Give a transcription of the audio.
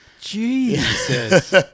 Jesus